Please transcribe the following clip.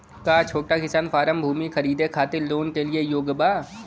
का छोटा किसान फारम भूमि खरीदे खातिर लोन के लिए योग्य बा?